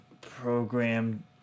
program